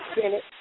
Senate